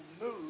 move